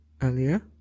earlier